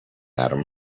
atom